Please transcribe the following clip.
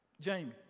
Jamie